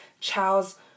Charles